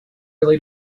early